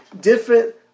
different